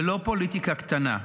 זה לא פוליטיקה קטנה,